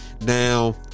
now